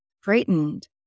frightened